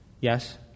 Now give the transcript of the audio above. yes